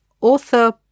author